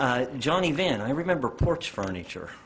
away johnny then i remember porch furniture